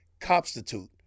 Copstitute